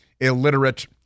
illiterate